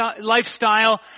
lifestyle